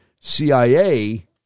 CIA